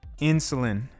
insulin